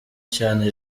cyane